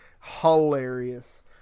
hilarious